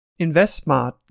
InvestSmart